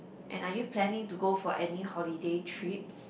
and are you planning to go for any holiday trips